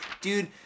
Dude